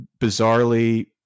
bizarrely